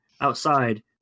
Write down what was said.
outside